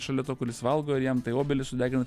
šalia to kuris valgo ir jam tai obelį sudegina